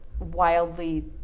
Wildly